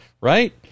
right